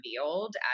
revealed